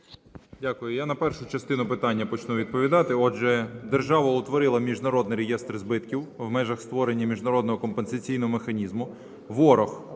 Дякую. Я на першу частину питання почну відповідати. Отже, держава утворила міжнародний реєстр збитків в межах створення міжнародного компенсаційного механізму.